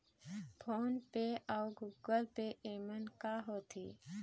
Phone पे अउ Google पे येमन का होते?